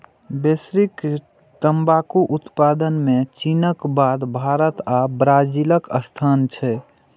वैश्विक तंबाकू उत्पादन मे चीनक बाद भारत आ ब्राजीलक स्थान छै